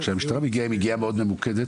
כשהמשטרה מגיעה היא מגיעה מאוד ממוקדת,